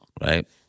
right